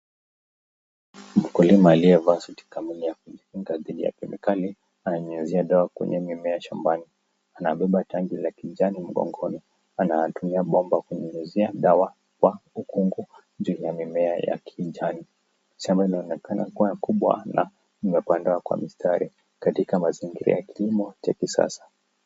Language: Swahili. Mkulima aliyevaa suti kamili ya kujikinga dhidi ya kemikali nanyunyizia dawa kwenye mimea shambani. Amebeba tanki la kijani mgongoni, anatumia bomba kunyunyizia dawa kwa ukungu juu ya mimea ya kijani. Shamba linaonekana kuwa kubwa na limepandwa kwa mistari katika mazingira ya kilimo cha kisasa.